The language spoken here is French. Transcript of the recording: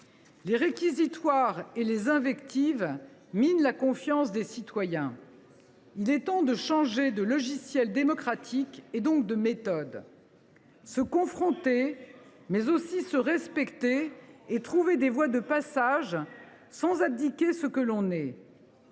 Les réquisitoires et les invectives minent la confiance des citoyens. Il est temps de changer de logiciel démocratique et donc de méthode, »… Proportionnelle !…« de se confronter, mais aussi de se respecter et de trouver des voies de passage, sans abdiquer ce que l’on est.